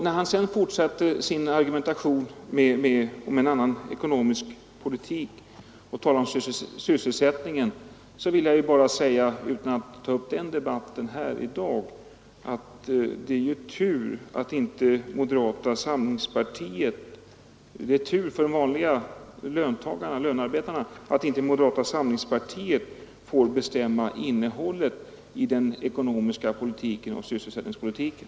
När han sedan fortsätter sin argumentation om en annan ekonomisk politik och talar om sysselsättningen, vill jag bara säga, utan att ta upp den debatten här i dag, att det är tur för de vanliga lönearbetarna att inte moderata samlingspartiet får bestämma innehållet i den svenska ekonomiska politiken och sysselsättningspolitiken.